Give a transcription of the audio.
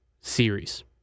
series